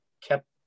kept